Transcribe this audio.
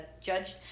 judged